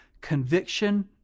conviction